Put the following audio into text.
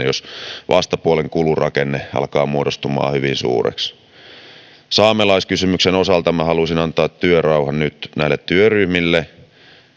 jos vastapuolen kulurakenne alkaa muodostumaan hyvin suureksi saamelaiskysymyksen osalta minä haluaisin antaa työrauhan nyt näille työryhmille